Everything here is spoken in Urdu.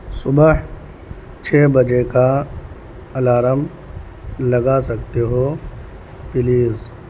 صبح چھ بجے کا الارم لگا سکتے ہو پلیز